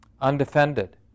undefended